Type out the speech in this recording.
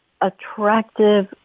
attractive